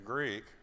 Greek